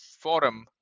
forum